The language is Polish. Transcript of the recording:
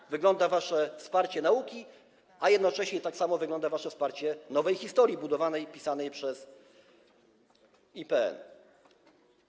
Tak wygląda wasze wsparcie nauki, a jednocześnie tak samo wygląda wasze wsparcie nowej historii budowanej, pisanej przez IPN.